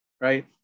right